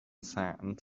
sand